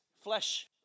Flesh